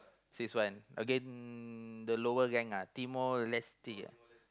six one again the lower rank ah Timor Leste ah